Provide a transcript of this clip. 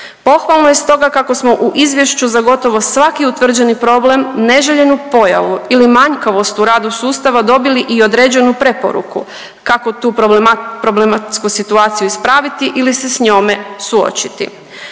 Pohvalno je stoga kako smo u izvješću za gotovo svaki utvrđeni problem, neželjenu pojavu ili manjkavost u radu sustava dobili i određenu preporuku kako tu problematsku situaciju ispraviti ili se s njome suočiti.